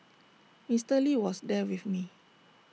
Mister lee was there with me